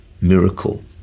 miracle